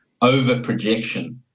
overprojection